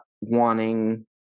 wanting